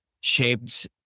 shaped